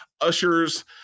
ushers